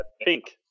pink